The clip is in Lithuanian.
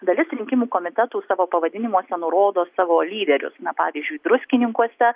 dalis rinkimų komitetų savo pavadinimuose nurodo savo lyderius na pavyzdžiui druskininkuose